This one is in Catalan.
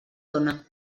dóna